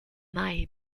mai